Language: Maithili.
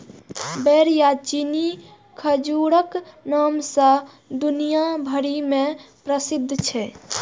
बेर या चीनी खजूरक नाम सं दुनिया भरि मे प्रसिद्ध छै